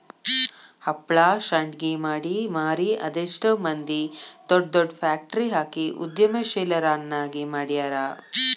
ಹಪ್ಳಾ ಶಾಂಡ್ಗಿ ಮಾಡಿ ಮಾರಿ ಅದೆಷ್ಟ್ ಮಂದಿ ದೊಡ್ ದೊಡ್ ಫ್ಯಾಕ್ಟ್ರಿ ಹಾಕಿ ಉದ್ಯಮಶೇಲರನ್ನಾಗಿ ಮಾಡ್ಯಾರ